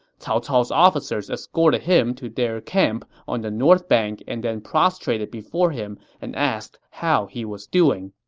cao cao's officers escorted him to their camp on the north bank and then prostrated before him and asked how he was doing